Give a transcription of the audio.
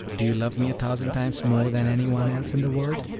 do you love me a thousand times more than any one else in the world?